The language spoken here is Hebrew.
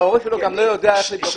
ההורה שלו גם לא יודע איך לבדוק את זה.